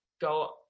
go